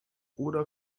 oder